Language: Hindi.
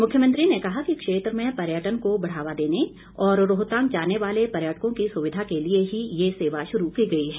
मुख्यमंत्री ने कहा कि क्षेत्र में पर्यटन को बढ़ावा देने और रोहतांग जाने वाले पर्यटकों की सुविधा के लिए ही ये सेवा शुरू की गई है